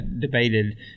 debated